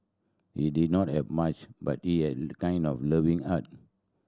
he did not have much but he had a kind and loving heart